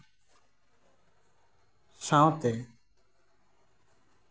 ᱥᱟᱶᱛᱮ